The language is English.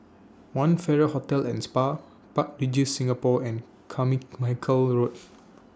one Farrer Hotel and Spa Park Regis Singapore and Carmichael Road